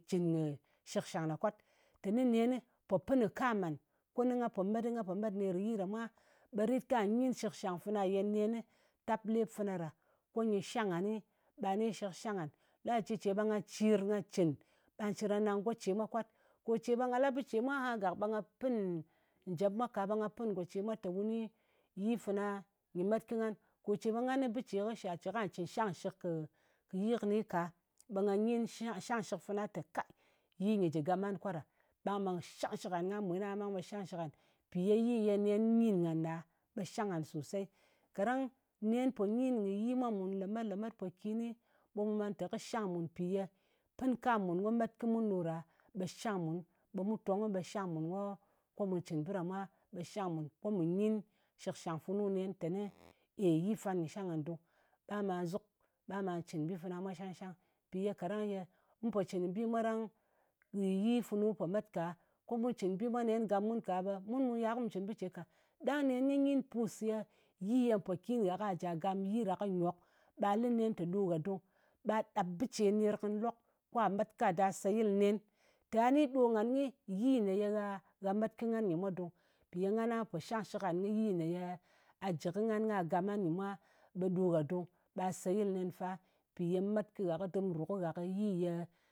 Cɨn kɨ shɨkshang ɗa kwat, teni nen pò pɨn kam ngan, ko nga po met, nga po met nerɨ̀ yi ɗa mwa, ɓe rit ka nyin shɨkshang fana ye nenni tap lep fana ɗa, ko nyɨ shang nganni, ɓa ni shɨk shang ngan. laci ce ɓe mga cir nga cɨn ko nga nang go ce mwa kwat. Kò ce ɓe nga la bɨ ce mwa aha gàk, ɓe nga pɨn njèpmwa ka, ɓe nga pɨn ngò ce mwa tè wu ni yi fana nyɨ met kɨ ngan. Ko ce ɓe ngan kɨ bɨ ce shal ce kwà cɨn shangshɨk kɨ yi kɨnɨ ka, ɓe nga nyin shangshɨk fana te, ka, yi nyɨ jɨ gam ngan kwat ɗa? Ɓang ɓe shangshɨk ngan, kwà mwen aha ɓe shangshɨk ngan, mpì ye yi ye nen nyin ngan ɗa, ɓe shang ngan sosei. Kaɗang nen po nyin kɨ yi mwa mùn mpòkin lemet-lemet mpòkinni, ɓe mu man te kɨ shang mùn mpì ye pɨn kam mun ko met kɨ mun ɗo ɗa, ɓe mu tong ɓe shang mùn ko mu cɨn bɨ ɗa mwa ɓe shang mun, ko mù nyin shɨkshang funu nen teni eiy, yi fan nyɨ shang ngan dung. Ɓang ɓa nzuk, ɓang ɓà cɨn bi fana mwa shang-shang. Mpì ye kaɗang ye mu po cɨn kɨ bi mwa ɗang nɗin yi funu po met ka, ko mu cɨn bi mwa nen gam mun ka ɓe mun bù yal ko mù cɨn bɨ ce ka. Ɗang nen kɨ nyin pùs ye yi ye mpòkin gha kà jà gam yi ɗa kɨ nyok, ɓa lɨ nen tè ɗo gha dung. Ɓa ɗap bɨ ce ner kɨnɨ lok ka ɗa met ka da seyɨl nen, tà ni ɗo ngan kɨ yi ne ye gha met kɨ ngan ɗa mwa dung. Mpì ye ngan a po shang shɨk ngan kɨ yi ne a jɨ kɨ ngan kà gam yi ɗa mwa ɗa mwa, ɓe ɗo gha dung. Ɓa seyɨl nen fa, mpì ye met kɨ gha kɨ dɨm ru yi ye